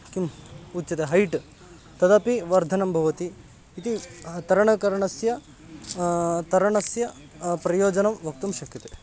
किम् उच्यते हैट् तदपि वर्धनं भवति इति तरणकरणस्य तरणस्य प्रयोजनं वक्तुं शक्यते